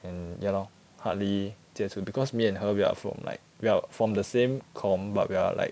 and ya lor hardly 接触 because me and her we are from like we are from the same comm but we are like